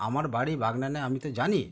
আমার বাড়ি বাগনানে আমি তো জানি